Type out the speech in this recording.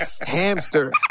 Hamster